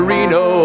Reno